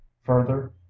further